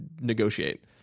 negotiate